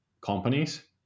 companies